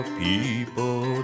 people